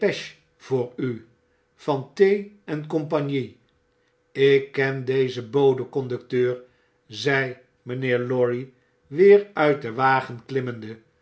voor u van t en cie alk ken dezen bode conducteur zei miinheer lorry weer uit den wagen klimmende